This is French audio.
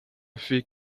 fait